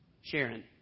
Sharon